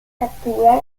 cattura